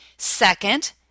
Second